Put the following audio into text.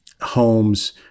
homes